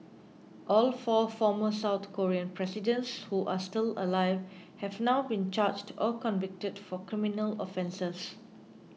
all four former South Korean presidents who are still alive have now been charged or convicted for criminal offences